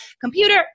computer